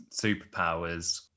superpowers